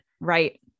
Right